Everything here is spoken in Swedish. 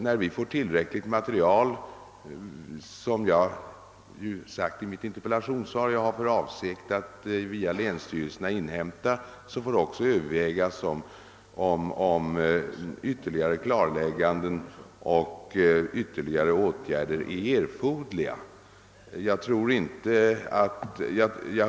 När vi fått in tillräckligt material, som vi har för avsikt att inhämta via länsstyrelserna, får vi, som jag sagt i mitt interpellationssvar, överväga om ytterligare klarlägganden och åtgärder är erforderliga.